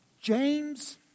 James